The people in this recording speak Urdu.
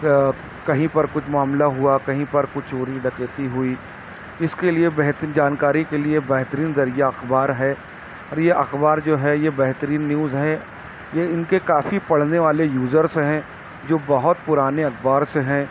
کہیں پر کچھ معاملہ ہوا کہیں پر کوئی چوری ڈکیتی ہوئی اس کے لیے بہت جانکاری کے لیے بہترین ذریعے اخبار ہے اور یہ اخبار جو ہے بہترین نیوز ہے یہ ان کے کافی پڑھنے والے یوزرس ہیں جو بہت پرانے اخبار سے ہیں